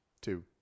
two